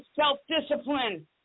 self-discipline